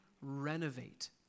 renovate